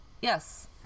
yes